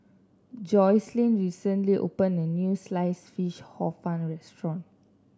Jocelyn recently opened a new Sliced Fish Hor Fun restaurant